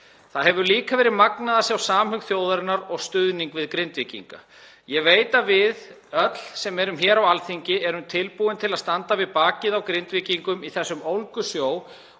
Það hefur líka verið magnað að sjá samhug þjóðarinnar og stuðning við Grindvíkinga og ég veit að við öll sem erum hér á Alþingi erum tilbúin til að standa við bakið á Grindvíkingum í þessum ólgusjó.